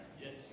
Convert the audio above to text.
Yes